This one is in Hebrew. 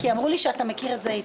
אמרו לי שאתה מכיר את זה היטב.